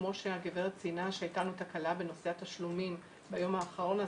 וכמו שהגברת ציינה שהייתה לנו תקלה בנושא התשלומים ביום האחרון,